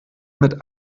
mit